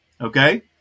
Okay